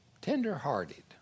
tenderhearted